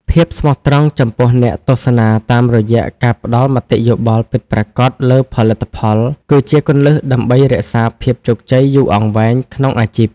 ភាពស្មោះត្រង់ចំពោះអ្នកទស្សនាតាមរយៈការផ្តល់មតិយោបល់ពិតប្រាកដលើផលិតផល គឺជាគន្លឹះដើម្បីរក្សាភាពជោគជ័យយូរអង្វែងក្នុងអាជីព។